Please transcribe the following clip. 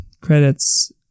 credits